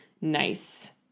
Nice